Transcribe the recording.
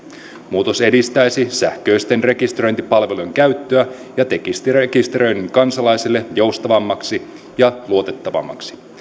muutos edistäisi sähköisten rekisteröintipalvelujen käyttöä ja tekisi rekisteröinnin kansalaisille joustavammaksi ja luotettavammaksi